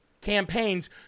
campaigns